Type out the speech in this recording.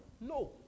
No